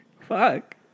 fuck